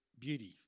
Beauty